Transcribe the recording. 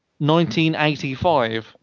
1985